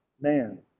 man